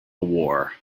war